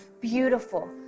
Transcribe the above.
beautiful